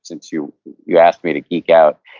since you you asked me to geek out,